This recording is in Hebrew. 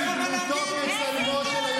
רק אנשים בדמותו וצלמו.